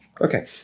Okay